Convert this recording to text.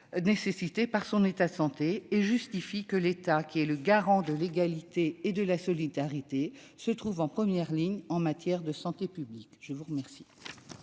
nécessités par son état de santé et justifie que l'État, garant de l'égalité et de la solidarité, se trouve en première ligne en matière de santé publique. La parole